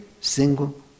single